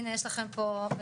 הנה יש לכם פה בנאדם,